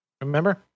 Remember